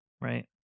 Right